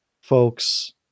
Folks